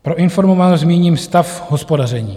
Pro informovanost zmíním stav hospodaření.